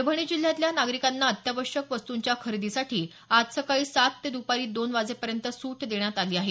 परभणी जिल्ह्यातल्या नागरिकांना अत्यावश्यक वस्तूंच्या खरेदीसाठी आज सकाळी सात ते दुपारी दोन वाजेपर्यंत सूट देण्यात आली आहे